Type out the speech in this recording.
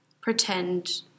pretend